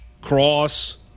Cross